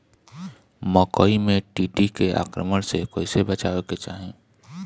मकई मे टिड्डी के आक्रमण से कइसे बचावे के चाही?